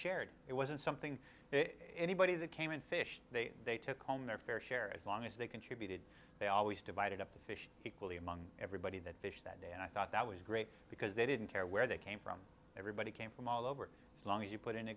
shared it wasn't something if anybody that came and fish they they took home their fair share as long as they contributed they always divided up the fish he quickly among everybody that fish that day and i thought that was great because they didn't care where they came from everybody came from all over as long as you put in a